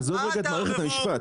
עזוב רגע את מערכת המשפט.